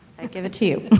give it to you.